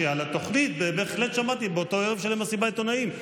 שעל התוכנית בהחלט שמעתי באותו ערב של מסיבת העיתונאים.